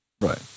Right